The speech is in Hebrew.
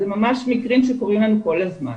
זה ממש מקרים שקורים לנו כל הזמן.